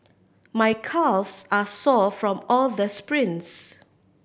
my calves are sore from all the sprints